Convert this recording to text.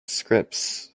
scripts